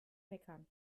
meckern